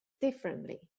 differently